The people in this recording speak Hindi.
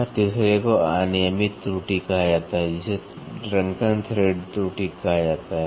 और तीसरे को अनियमित त्रुटि कहा जाता है जिसे ड्रंकन थ्रेड त्रुटि कहा जाता है